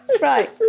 Right